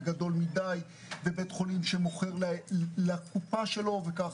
וגדול מדי ובית חולים שמוכר לקופה שלו וכך.